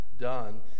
done